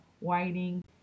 Whiting